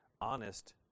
honest